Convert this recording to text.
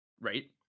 right